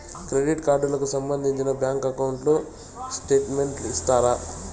Credit card కు సంబంధించిన bank account statement ఇస్తారా?